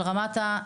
דווקא,